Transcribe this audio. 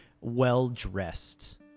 well-dressed